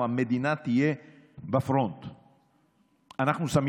הנגב ולקחו את הגליל ולקחו את כל המדינה, אין